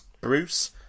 Bruce